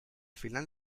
final